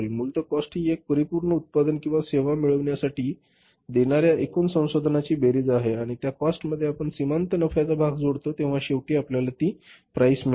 मूलत कॉस्ट ही एक परिपूर्ण उत्पादन किंवा सेवा मिळविण्यासाठी बलिदान देणार्या एकूण संसाधनांची बेरीज आहे आणि त्या कॉस्ट मध्ये आपण सीमांत नफ्याचा भागा जोडतो तेव्हा शेवटी आपल्याला ती प्राईस मिळते